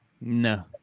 No